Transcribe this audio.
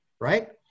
Right